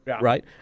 right